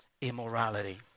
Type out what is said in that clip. immorality